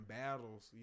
battles